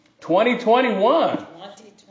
2021